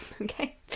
Okay